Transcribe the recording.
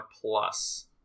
plus